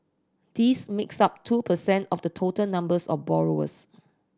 this makes up two percent of the total numbers of borrowers